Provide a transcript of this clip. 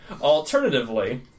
Alternatively